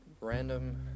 random